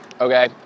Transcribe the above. Okay